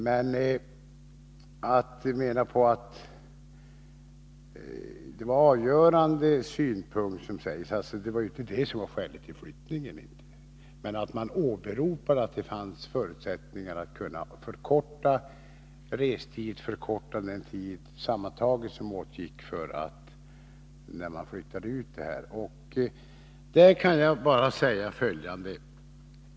Men det är fel att säga att restidens längd var en avgörande synpunkt — det var inte det som var skälet till flyttningen. Men det åberopades att det fanns förutsättningar för att förkorta restiden och den tid som sammantaget åtgår för de resande. Jag kan nu bara säga följande.